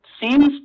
seems